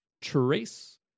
Trace